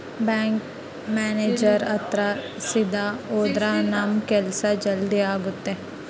bank manager ಹತ್ರ ಸೀದಾ ಹೋದ್ರ ನಮ್ ಕೆಲ್ಸ ಜಲ್ದಿ ಆಗುತ್ತೆ